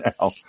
now